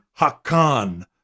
Hakan